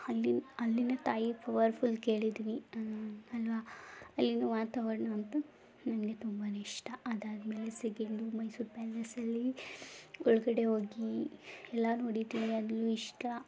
ಅಲ್ಲಿ ಅಲ್ಲಿನ ತಾಯಿ ಪವರ್ಫುಲ್ ಕೇಳಿದ್ದೀನಿ ಅಲ್ವ ಅಲ್ಲಿನ ವಾತಾವರಣ ಅಂತೂ ನನಗೆ ತುಂಬನೇ ಇಷ್ಟ ಅದಾದ್ಮೇಲೆ ಸೆಕೆಂಡು ಮೈಸೂರು ಪ್ಯಾಲೇಸಲ್ಲಿ ಒಳಗಡೆ ಹೋಗಿ ಎಲ್ಲ ನೋಡಿದ್ದೀನಿ ಅಲ್ಲೂ ಇಷ್ಟ